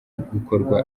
gukorwa